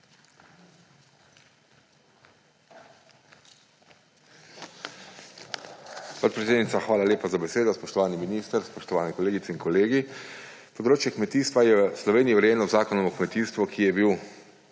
hvala lepa za besedo. Spoštovani minister! Spoštovani kolegice in kolegi! Področje kmetijstva je v Sloveniji urejeno v Zakonu o kmetijstvu, ki je bil